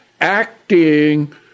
acting